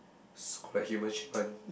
so called like human shaped one